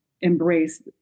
embrace